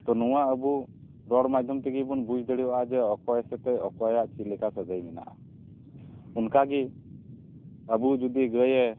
ᱛᱚ ᱱᱚᱣᱟ ᱟᱵᱚ ᱨᱚᱲ ᱢᱟᱫᱽᱫᱷᱚᱢ ᱛᱮᱜᱮᱵᱚᱱ ᱵᱩᱡᱽ ᱫᱟᱲᱮᱣᱟᱜᱼᱟ ᱡᱮ ᱚᱠᱚᱭ ᱥᱟᱛᱮ ᱚᱠᱚᱭᱟᱜ ᱪᱮᱫ ᱞᱮᱠᱟ ᱥᱟᱹᱜᱟᱹᱭ ᱢᱮᱱᱟᱜᱼᱟ ᱚᱱᱠᱟᱜᱮ ᱟᱵᱚ ᱡᱩᱫᱤ ᱜᱟᱹᱭᱮ